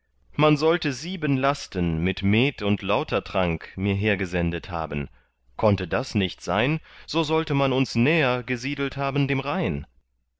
man sollte sieben lasten mit met und lautertrank mir hergesendet haben konnte das nicht sein so sollte man uns näher gesiedelt haben dem rhein